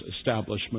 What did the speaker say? establishment